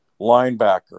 linebacker